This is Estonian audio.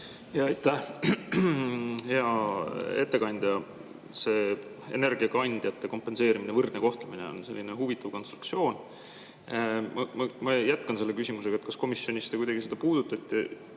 Aitäh! Hea ettekandja! See energiakandjate kompenseerimine ja võrdne kohtlemine on selline huvitav konstruktsioon. Ma jätkan küsimusega selle kohta, kas komisjonis kuidagi seda puudutati